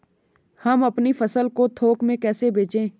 हम अपनी फसल को थोक में कैसे बेचें?